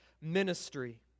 ministry